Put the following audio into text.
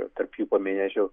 ir tarp jų paminėčiau